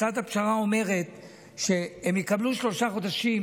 הצעת הפשרה אומרת שהם יקבלו שלושה חודשים,